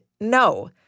no